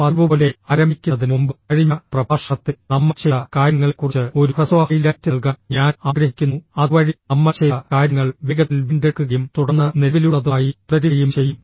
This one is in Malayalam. പതിവുപോലെ ആരംഭിക്കുന്നതിന് മുമ്പ് കഴിഞ്ഞ പ്രഭാഷണത്തിൽ നമ്മൾ ചെയ്ത കാര്യങ്ങളെക്കുറിച്ച് ഒരു ഹ്രസ്വ ഹൈലൈറ്റ് നൽകാൻ ഞാൻ ആഗ്രഹിക്കുന്നു അതുവഴി നമ്മൾ ചെയ്ത കാര്യങ്ങൾ വേഗത്തിൽ വീണ്ടെടുക്കുകയും തുടർന്ന് നിലവിലുള്ളതുമായി തുടരുകയും ചെയ്യും